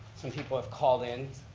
some people have called in,